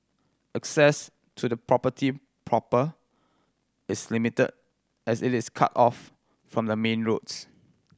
access to the property proper is limited as it is cut off from the main roads